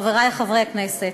חברי חברי הכנסת,